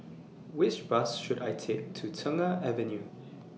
Which Bus should I Take to Tengah Avenue